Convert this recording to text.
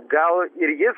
gal ir jis